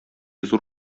зур